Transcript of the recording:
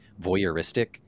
voyeuristic